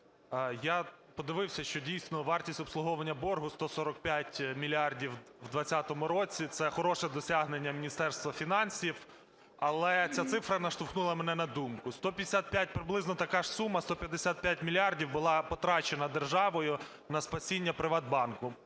я подивився, що, дійсно, вартість обслуговування боргу 145 мільярдів в 20-му році – це хороше досягнення Міністерства фінансів. Але ця цифра наштовхнула мене на думку. 155, приблизно така ж сума, 155 мільярдів була потрачена державою на спасіння "ПриватБанку",